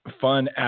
fun